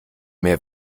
mehr